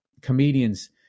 comedians